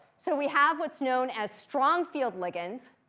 so we have what's known as strong field ligands.